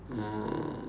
oh